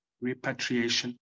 repatriation